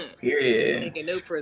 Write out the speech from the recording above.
Period